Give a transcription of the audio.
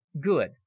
good